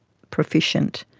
proficient,